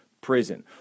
prison